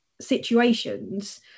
situations